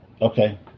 Okay